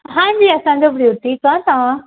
हांजी असांजो ब्यूटीक़ आ तवां